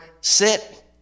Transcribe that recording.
sit